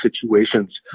situations